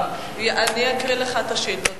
אני אקריא לך את השאילתות.